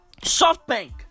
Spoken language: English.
SoftBank